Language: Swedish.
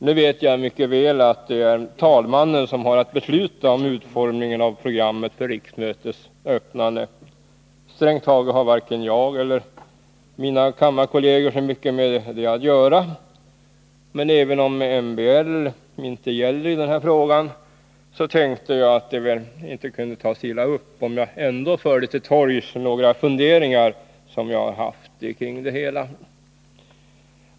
Nu vet jag mycket väl att det är talmannen som har att besluta om utformningen av programmet för riksmötets öppnande. Strängt taget har Nr 108 varken jag eller mina kammarkolleger så mycket med det att göra. Men även Onsdagen den om MBL inte gäller i den här frågan, så tänkte jag att det väl inte kunde tas 1 april 1981 illa upp om jag ändå förde till torgs några funderingar som jag har haft kring det hela.